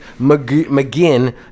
McGinn